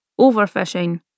overfishing